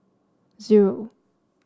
zero